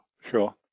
Sure